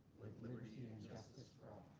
with liberty and justice